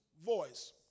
voice